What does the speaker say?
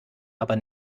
aber